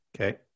Okay